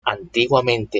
antiguamente